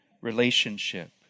relationship